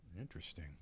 Interesting